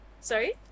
Sorry